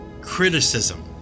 criticism